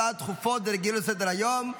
הצעות דחופות לסדר-היום.